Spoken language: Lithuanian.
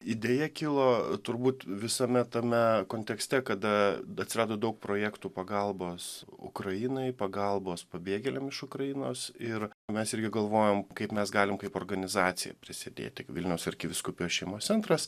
idėja kilo turbūt visame tame kontekste kada atsirado daug projektų pagalbos ukrainai pagalbos pabėgėliam iš ukrainos ir mes irgi galvojom kaip mes galim kaip organizacija prisėdėti vilniaus arkivyskupijos šeimos centras